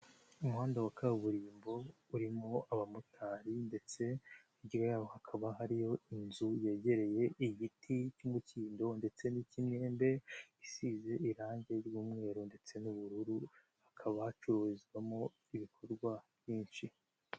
Umuhanda wa kaburimbo urimo abamotari, ndetse hirya yaho hakaba hariyo inzu yegereye igiti cy'umukindo ndetse n'iy'imyembe, isize irangi ry'umweru ndetse n'ubururu, hakaba hacururizwamo ibikorwa byinshi.